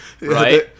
Right